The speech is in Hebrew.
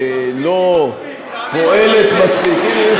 ולא פועלת מספיק, היא מספיק, היא מספיק.